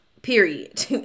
period